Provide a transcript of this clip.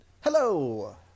Hello